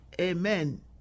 Amen